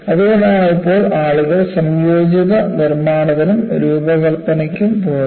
അതുകൊണ്ടാണ് ഇപ്പോൾ ആളുകൾ സംയോജിത നിർമ്മാണത്തിനും രൂപകൽപ്പനയ്ക്കും പോകുന്നത്